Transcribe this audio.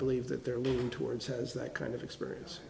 believe that they're leaning towards has that kind of experience